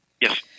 Yes